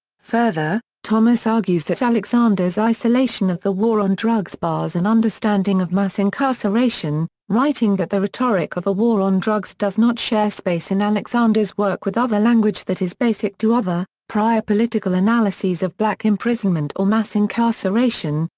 further, thomas argues that alexander's isolation of the war on drugs bars an understanding of mass incarceration, writing that the rhetoric of a war on drugs does not share space in alexander's work with other language that is basic to other, prior political analyses of black imprisonment or mass incarceration,